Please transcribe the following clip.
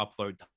upload